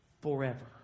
forever